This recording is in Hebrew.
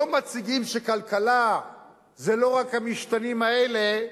לא מציגים שכלכלה זה לא רק המשתנים האלה,